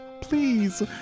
please